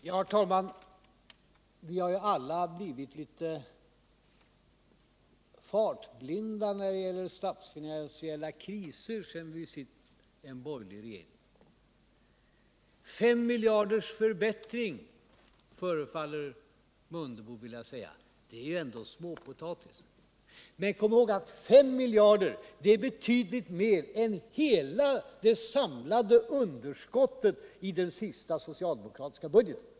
Herr talman! Vi har ju alla blivit litet fartblinda när det gäller statsfinansiella kriser sedan vi fick en borgerlig regering. 5 miljarders förbättring, förefaller budgetminister Mundebo vilja säga. Det är ändå småpotatis. Men kom ihåg att 5 miljarder är betydligt mer än vad hela det samlade underskottet uppgår till i den senaste socialdemokratiska budgeten.